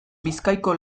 bizkaiko